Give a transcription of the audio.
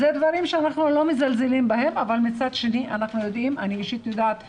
אלה דברים שאנחנו לא מזלזלים בהם אבל מצד שני אני אישית יודעת בוודאות,